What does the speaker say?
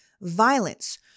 violence